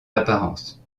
apparence